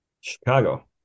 Chicago